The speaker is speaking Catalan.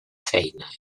feina